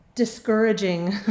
discouraging